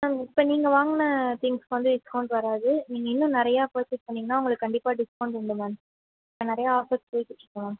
ma'am இப்போ நீங்கள் வாங்கின திங்க்ஸுக்கு வந்து டிஸ்கவுண்ட் வராது நீங்கள் இன்னும் நிறையா பர்ச்சேஸ் பண்ணீங்கனால் உங்களுக்கு கண்டிப்பாக டிஸ்கவுண்ட் உண்டு மேம் இப்போ நிறையா ஆஃபர்ஸ் போய்க்கிட்டு இருக்குது மேம்